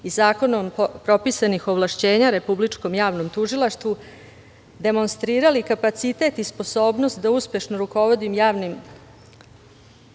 i zakonom propisanih ovlašćenja Republičkom javnom tužilaštvu demonstrirali kapacitet i sposobnost da uspešno rukovodim javnim